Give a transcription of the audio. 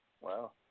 Wow